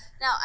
Now